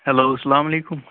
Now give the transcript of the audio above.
hello السلام علیکُم